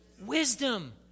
Wisdom